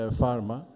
pharma